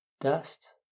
Dust